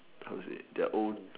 how to say their own